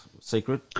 secret